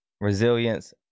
resilience